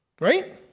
right